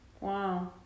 Wow